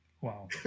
Wow